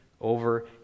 over